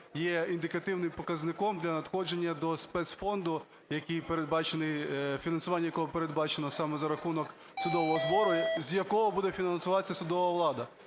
є індикативним показником для надходження до спецфонду, який передбачений, фінансування якого передбачено саме за рахунок судового збору, з якого буде фінансуватися судова влада.